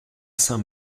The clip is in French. saint